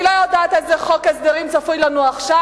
אני לא יודעת איזה חוק הסדרים צפוי לנו עכשיו.